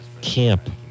Camp